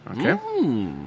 Okay